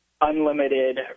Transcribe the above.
unlimited